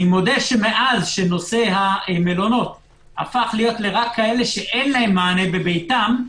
אני מודה שמאז שנושא המלונות הפך להיות רק לכאלה שאין להם מענה בביתם,